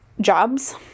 jobs